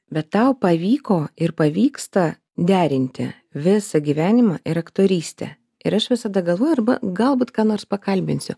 bet tau pavyko ir pavyksta derinti visą gyvenimą ir aktorystę ir aš visada galvojau arba galbūt ką nors pakalbinsiu